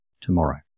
tomorrow